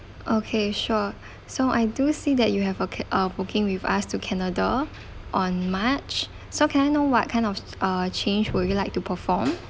okay sure so I do see that you have a ca~ uh booking with us to canada on march so can I know what kind of uh change would you like to perform